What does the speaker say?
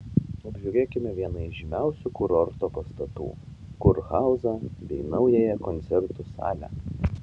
apžiūrėkime vieną iš žymiausių kurorto pastatų kurhauzą bei naująją koncertų salę